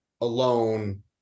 alone